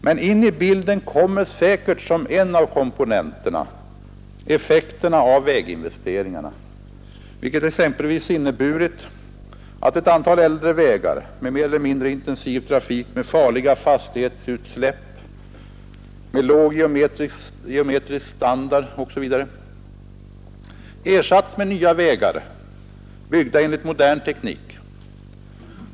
Men in i bilden kommer säkert som en av komponenterna effekterna av väginvesteringarna. De har exempelvis inneburit att ett antal äldre vägar med mer eller mindre intensiv trafik, med farliga fastighetsutsläpp, med låg geometrisk standard osv. ersatts med nya vägar, byggda enligt modern teknik.